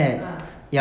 ah